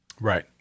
right